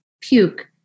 puke